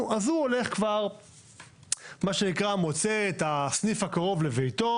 נו, אז הוא הולך ומוצא את הסניף הקרוב לביתו